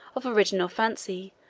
of original fancy,